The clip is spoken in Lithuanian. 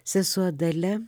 sesuo dalia